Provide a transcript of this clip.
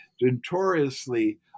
notoriously